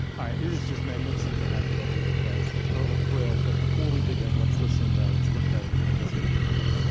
ah it is it's just magnificent to have you up here with us. total thrill. but before we dig in let's listen. now let's look at and listen to a clip.